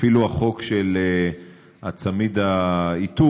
אפילו החוק של צמיד האיתור,